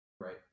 Right